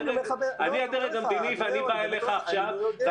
אני הדרג המדיני ואני שואל אותך שאלה